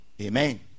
Amen